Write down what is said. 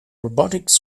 robotics